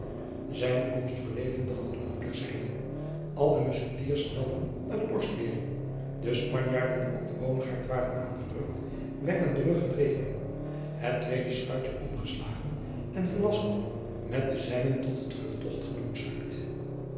zijne komst verlevendigde den moed der zijnen al de muskettiers snelden naar de borstweering de spanjaarden die op de boomgaard waren aangerukt werden teruggedreven het tweede schuitje omgeslagen en velasco met de zijnen tot den terugtocht